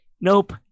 Nope